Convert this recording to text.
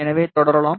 எனவே தொடரலாம்